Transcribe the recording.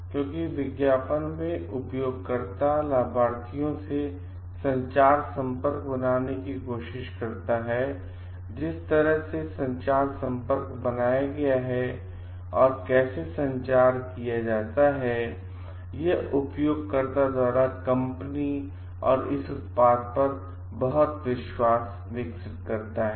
क्योंकि विज्ञापन में उपयोगकर्ता लाभार्थियों से संचार संपर्क बनाने की कोशिश करता है और जिस तरह से संचार संपर्क बनाया गया है और कैसे संचार किया जाता है यह उपयोगकर्ताओं द्वारा कंपनी और इस उत्पाद पर बहुत विश्वास विकसित करता है